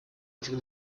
этих